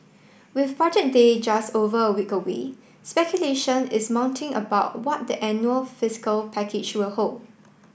with Budget Day just over a week away speculation is mounting about what the annual fiscal package will hold